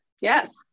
Yes